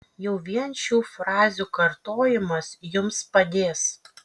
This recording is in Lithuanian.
jau vien šių frazių kartojimas jums padės